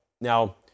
Now